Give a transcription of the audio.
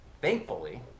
Thankfully